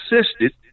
assisted